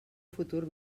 futur